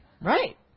Right